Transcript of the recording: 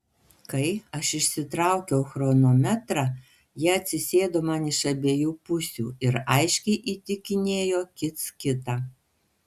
kai aš išsitraukiau chronometrą jie atsisėdo man iš abiejų pusių ir aiškiai įtikinėjo kits kitą